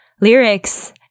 lyrics